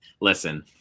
listen